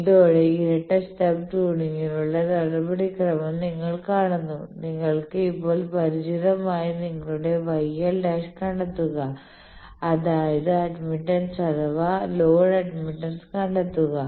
ഇതോടെ ഇരട്ട സ്റ്റബ് ട്യൂണിംഗിനുള്ള നടപടിക്രമം നിങ്ങൾ കാണുന്നു നിങ്ങൾക്ക് ഇപ്പോൾ പരിചിതമായ നിങ്ങളുടെ YL ഡാഷ് കണ്ടെത്തുക അതായത് അഡ്മിറ്റൻസ് അഥവാ ലോഡ് അഡ്മിറ്റൻസ് കണ്ടെത്തുക